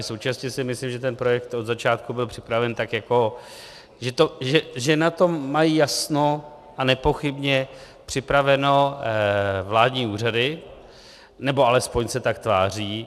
Současně si myslím, že ten projekt od začátku byl připraven tak, že na tom mají jasno a nepochybně připraveno vládní úřady, nebo alespoň se tak tváří.